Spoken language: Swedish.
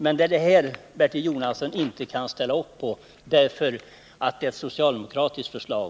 Men Bertil Jonasson kan inte ställa upp på förslaget därför att det är ett socialdemokratiskt förslag.